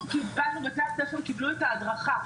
בתי הספר קיבלו את ההדרכה,